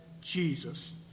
Jesus